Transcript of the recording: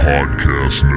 Podcast